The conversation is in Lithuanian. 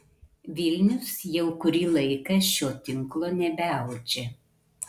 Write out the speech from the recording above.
vilnius jau kurį laiką šio tinklo nebeaudžia